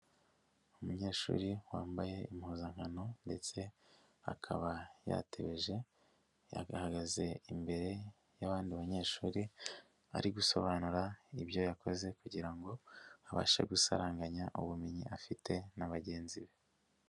Umunyeshuri wambaye impuzankano ndetse akaba yatebeje. Yahagaze imbere y'abandi banyeshuri ari gusobanura ibyo yakoze kugira ngo abashe gusaranganya ubumenyi afite na bagenzi be.